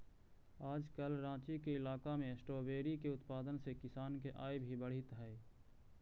आजकल राँची के इलाका में स्ट्राबेरी के उत्पादन से किसान के आय भी बढ़ित हइ